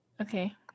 Okay